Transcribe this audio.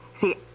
See